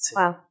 Wow